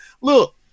Look